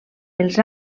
els